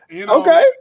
Okay